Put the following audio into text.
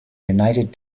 united